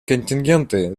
контингенты